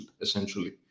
essentially